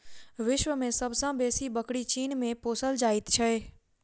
विश्व मे सब सॅ बेसी बकरी चीन मे पोसल जाइत छै